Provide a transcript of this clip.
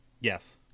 yes